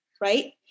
right